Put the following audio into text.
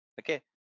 Okay